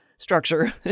structure